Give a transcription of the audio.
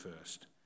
first